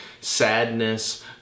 sadness